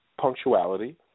punctuality